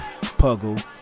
puggle